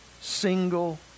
single